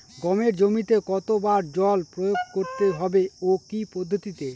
গমের জমিতে কতো বার জল প্রয়োগ করতে হবে ও কি পদ্ধতিতে?